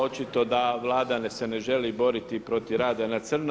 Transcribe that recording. Očito da Vlada se ne želi boriti protiv rada na crno.